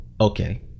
okay